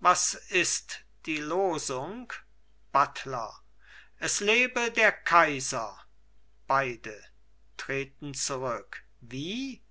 was ist die losung buttler es lebe der kaiser beide treten zurück wie